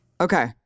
Okay